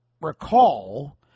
recall